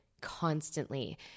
constantly